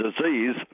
disease